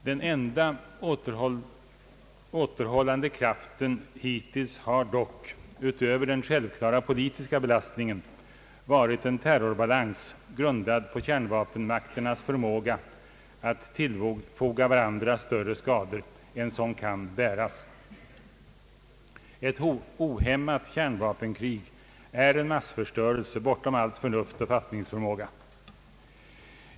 Den enda återhållande kraften hittills har dock — utöver den självklara politiska be lastningen — varit en terrorbalans, grundad på kärnvapenmakternas förmåga att tillfoga varandra större skador än som kan bäras. Ett ohämmat kärnvapenkrig innebär en massförstörelse bortom förnuft och fattningsförmåga.